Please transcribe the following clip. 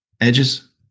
Edges